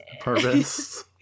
purpose